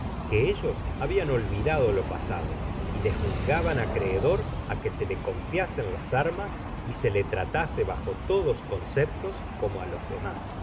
que ellos habian olvidado lo pasado y le juzgaban acree'dor á que se le confiasen las armas y se le tratase bajo todos conceptos como á los demás